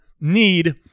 need